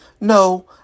no